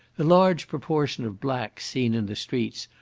the large proportion of blacks seen in the streets,